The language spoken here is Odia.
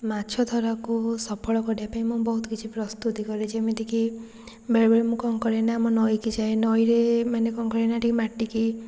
ମାଛ ଧାରାକୁ ସଫଳ କରିବା ପାଇଁ ମୁଁ ବହୁତ କିଛି ପ୍ରସ୍ତୁତି କରେ ଯେମିତିକି ବେଳେବେଳେ ମୁଁ କ'ଣ କରେ ନା ଆମ ନଈକି ଯାଏ ନଈରେ ମାନେ କ'ଣ କରେ ନାଁ ଟିକିଏ ମାଟିକି